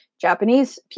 Japanese